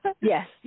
Yes